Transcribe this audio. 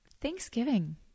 Thanksgiving